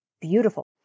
beautiful